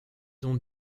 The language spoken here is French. ont